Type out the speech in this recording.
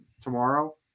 tomorrow